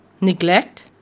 neglect